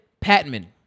Patman